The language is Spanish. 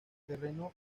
terreno